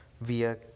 via